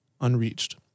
unreached